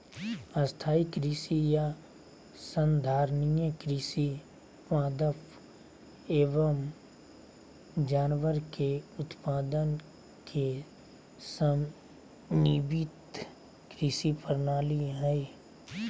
स्थाई कृषि या संधारणीय कृषि पादप एवम जानवर के उत्पादन के समन्वित कृषि प्रणाली हई